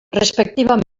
respectivament